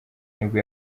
nibwo